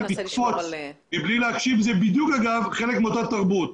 לקוץ בלי להקשיב, זה בדיוק חלק מאותה תרבות.